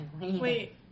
Wait